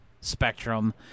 Spectrum